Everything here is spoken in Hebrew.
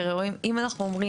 כי הרי אם אנחנו אומרים